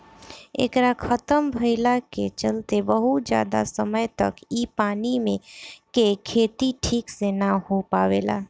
एकरा खतम भईला के चलते बहुत ज्यादा समय तक इ पानी मे के खेती ठीक से ना हो पावेला